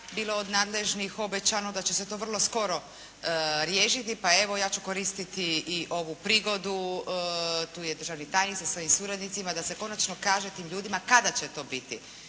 bilo od nadležnih bilo obećano da će se to vrlo skoro riješiti. Pa evo, ja ću koristiti i ovu prigodu, tu je državni tajnik sa svojim suradnicima, da se konačno kaže tim ljudima kada će to biti.